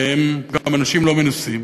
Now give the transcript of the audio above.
והם גם אנשים לא מנוסים,